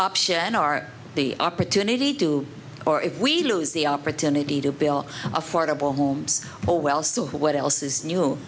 option are the opportunity to or if we lose the opportunity to bill affordable homes well well so what else is new